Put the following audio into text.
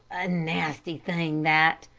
a nasty thing that,